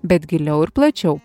bet giliau ir plačiau